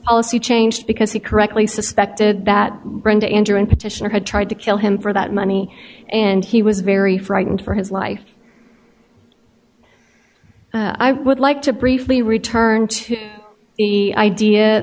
policy changed because he correctly suspected that brenda enjoin petitioner had tried to kill him for that money and he was very frightened for his life i would like to briefly return to the idea